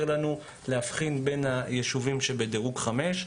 לנו להבחין בין היישובים שבדירוג 5,